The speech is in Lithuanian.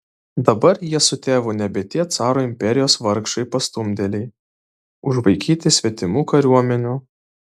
dabar jie su tėvu nebe tie caro imperijos vargšai pastumdėliai užvaikyti svetimų kariuomenių